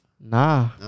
Nah